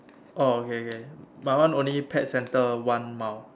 oh okay okay my one only pet centre one mile